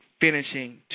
finishing